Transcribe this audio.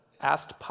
asked